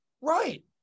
Right